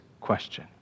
question